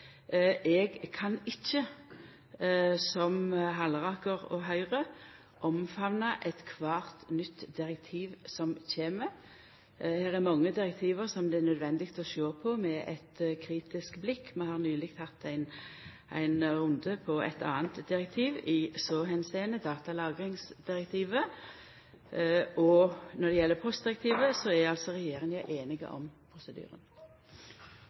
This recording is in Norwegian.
Eg kan ikkje, som Halleraker og Høgre, omfamna kvart nytt direktiv som kjem. Her er det mange direktiv som det er nødvendig å sjå på med eit kritisk blikk. Vi har nyleg hatt ein runde på eit anna direktiv i så måte, datalagringsdirektivet. Når det gjeld postdirektivet, er altså regjeringa einig om prosedyren.